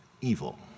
evil